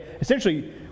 Essentially